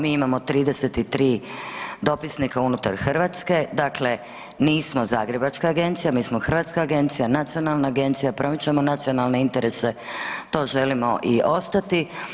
Mi imamo 33 dopisnika unutar Hrvatske, dakle nismo zagrebačka agencija, mi smo hrvatska agencija, nacionalna agencija, promičemo nacionalne interese to želimo i ostati.